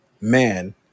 Man